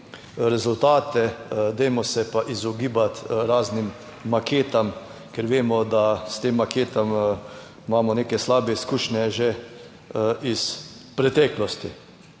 rezultate, dajmo se pa izogibati raznim maketam, ker vemo, da s tem maketami imamo neke slabe izkušnje že iz preteklosti.